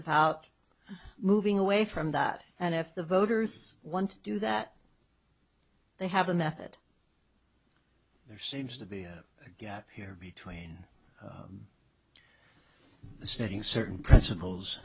about moving away from that and if the voters want to do that they have a method there seems to be a gap here between the setting certain principles